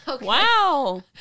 wow